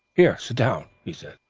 here, sit down he said,